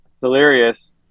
Delirious